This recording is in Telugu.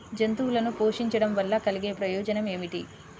జంతువులను పోషించడం వల్ల కలిగే ప్రయోజనం ఏమిటీ?